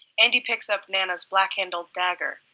andy picks up nana's black handled dagger,